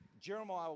Jeremiah